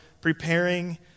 preparing